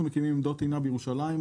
אנחנו מקימים עמדות טעינה בירושלים.